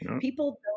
People